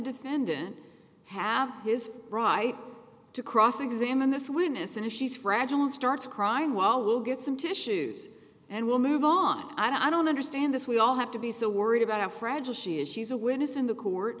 defendant have his right to cross examine this witness and she's fragile and starts crying well we'll get some tissues and we'll move on and i don't understand this we all have to be so worried about how fragile she is she's a witness in the court